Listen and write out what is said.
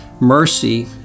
mercy